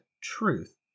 truth